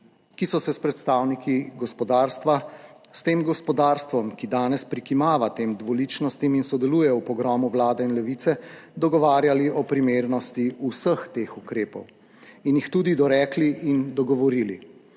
ki so se s predstavniki gospodarstva, s tem gospodarstvom, ki danes prikimava tem dvoličnostim in sodeluje v pogromu Vlade in Levice, dogovarjali o primernosti vseh teh ukrepov in jih tudi dorekli in dogovorili